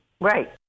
right